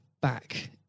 back